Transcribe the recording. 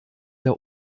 der